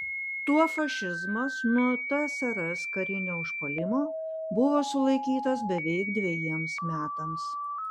tuo fašizmas nuo tsrs karinio užpuolimo buvo sulaikytas beveik dvejiems metams